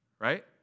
right